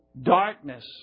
darkness